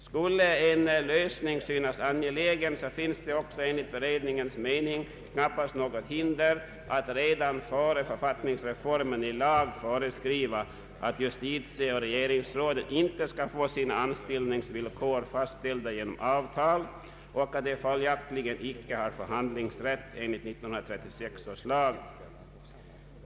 Skulle en lösning synas angelägen finns det enligt beredningens mening knappast något hinder att redan före författningsreformen i lag föreskriva att justitieoch regeringsråden inte kan få sina anställningsvillkor fastställda genom avtal och att de följaktligen icke har förhandlingsrätt enligt 1936 års lag.